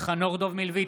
חנוך דב מלביצקי,